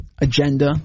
agenda